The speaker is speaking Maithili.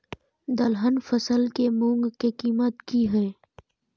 दलहन फसल के मूँग के कीमत की हय?